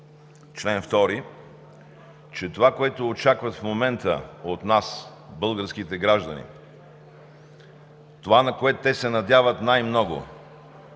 чл. 2, че това, което очакват в момента от нас българските граждани, това, на което те се надяват най-много,